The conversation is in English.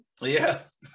Yes